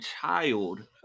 child